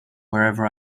wherever